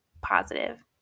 positive